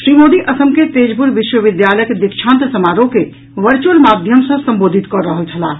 श्री मोदी असम के तेजपुर विश्वविद्यालयक दीक्षांत समारोह के वर्चुअल माध्यम सँ संबोधित कऽ रहल छलाह